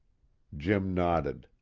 jim nodded.